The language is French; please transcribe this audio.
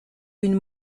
une